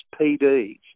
PDs